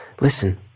listen